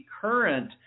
current